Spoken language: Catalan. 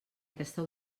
aquesta